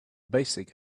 basic